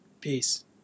peace